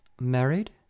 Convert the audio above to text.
Married